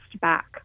back